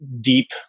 deep